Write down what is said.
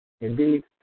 Indeed